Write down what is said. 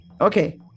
Okay